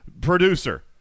producer